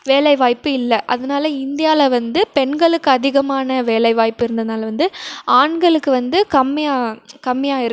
வேலை வாய்ப்பு இல்லை அதனால இந்தியாவில் வந்து பெண்களுக்கு அதிகமான வேலை வாய்ப்பு இருந்தனால் வந்து ஆண்களுக்கு வந்து கம்மியாக கம்மியாக இருக்குது